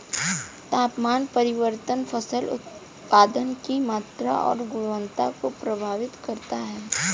तापमान परिवर्तन फसल उत्पादन की मात्रा और गुणवत्ता को प्रभावित करता है